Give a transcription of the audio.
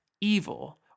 evil